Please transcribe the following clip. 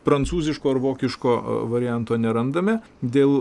prancūziško ar vokiško o varianto nerandame dėl